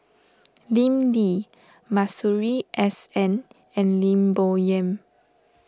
Lim Lee Masuri S N and Lim Bo Yam